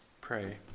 pray